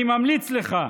אני ממליץ לך,